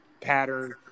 pattern